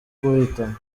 guhitamo